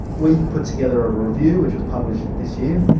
we put together a review which was published this year.